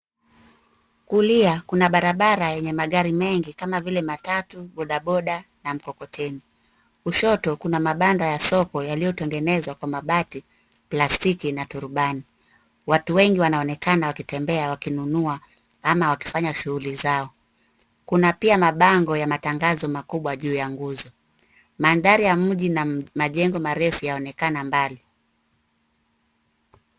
Kulia, kuna barabara yenye magari mengi, kama vile matatu, bodaboda, na mikokoteni. Kushoto, kuna mabanda ya soko yaliyotengenezwa kwa mabati, plastiki, na turubai. Watu wengi wanaonekana wakitembea, wakinunua, au wakifanya shughuli zao. Kuna pia mabango ya matangazo makubwa juu ya nguzo. Mandhari ya mji na majengo marefu yanaonekana mbali.